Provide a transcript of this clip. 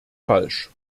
falsch